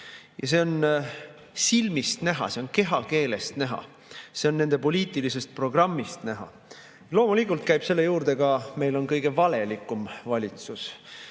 Ja see on silmist näha, see on kehakeelest näha, see on nende poliitilisest programmist näha. Loomulikult käib selle juurde ka [see, et] meil on kõige valelikum valitsus.